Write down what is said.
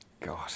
God